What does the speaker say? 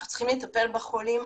אנחנו צריכים לטפל בחולים,